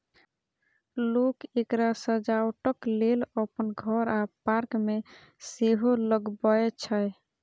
लोक एकरा सजावटक लेल अपन घर आ पार्क मे सेहो लगबै छै